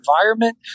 environment